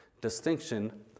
distinction